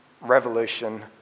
revolution